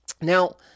Now